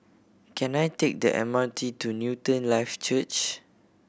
can I take the M R T to Newton Life Church